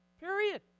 Period